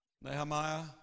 Nehemiah